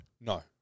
No